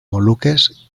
moluques